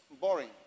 boring